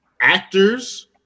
actors